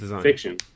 fiction